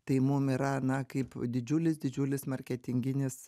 tai mum yra na kaip didžiulis didžiulis marketinginis